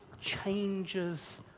changes